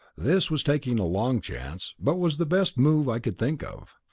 this was taking a long chance, but was the best move i could think of.